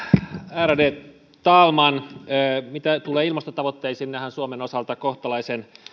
ärade talman mitä tulee ilmastotavoitteisiin niin nehän ovat suomen osalta kohtalaisen